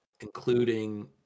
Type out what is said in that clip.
including